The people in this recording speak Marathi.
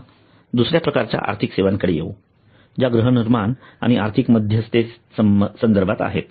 आता दुसर्या प्रकारच्या आर्थिक सेवांकडे येवू ज्या गृहनिर्माण आणि आर्थिक मध्यस्थे संदर्भात आहेत